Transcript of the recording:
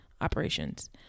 operations